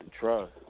trust